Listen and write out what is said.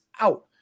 out